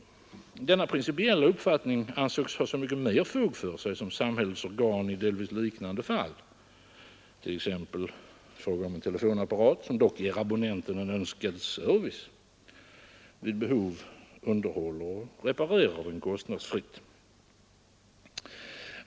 Denna principiella uppfattning ansågs ha så mycket mer fog för sig som samhällets organ i delvis liknande fall — t.ex. i fråga om en telefonapparat, som dock ger abonnenten en önskad service — vid behov underhåller och reparerar kostnadsfritt.